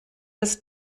des